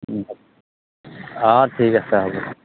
অঁ ঠিক আছে হ'ব